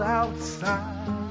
outside